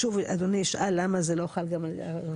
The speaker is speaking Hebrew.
שוב אדוני ישאל למה זה לא חל בעיירות פיתוח?